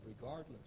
regardless